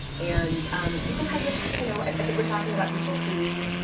and people have this, you know, i think we're talking about people who